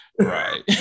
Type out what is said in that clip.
right